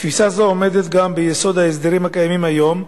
תפיסה זו עומדת גם ביסוד ההסדרים הקיימים היום,